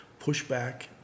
pushback